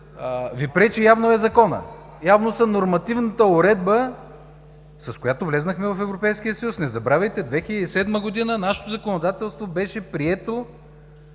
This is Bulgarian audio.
Ви пречи, явно е Законът, явно е нормативната уредба, с която влязохме в Европейския съюз. Не забравяйте, 2007 г. нашето законодателство беше прието,